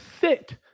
sit